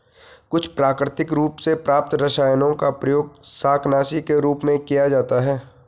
कुछ प्राकृतिक रूप से प्राप्त रसायनों का प्रयोग शाकनाशी के रूप में किया जाता है